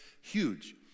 huge